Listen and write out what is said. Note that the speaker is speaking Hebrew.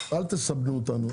אל תסבנו אותנו.